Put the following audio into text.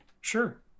Sure